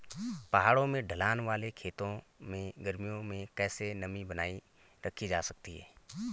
पहाड़ों में ढलान वाले खेतों में गर्मियों में कैसे नमी बनायी रखी जा सकती है?